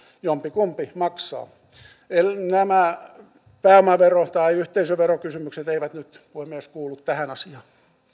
jompikumpi maksaa nämä pääomavero tai yhteisöverokysymykset eivät nyt puhemies kuulu tähän asiaan